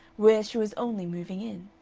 whereas she was only moving in.